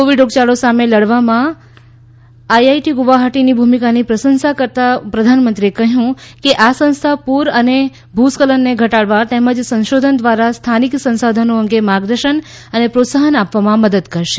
Covid રોગયાળો સામે લડવામાં આઈઆઈટી ગુવાહાટીની ભૂમિકાની પ્રશંસા કરતાં પ્રધાનમંત્રીએ કહ્યું કે આ સંસ્થા પૂર અને ભૂસ્ખલનને ઘટાડ વા તેમજ સંશોધન દ્વારા સ્થાનિક સંસાધનો અંગે માર્ગદર્શન અને પ્રોત્સાહન આપવામાં મદદ કરશે